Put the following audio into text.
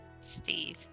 Steve